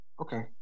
Okay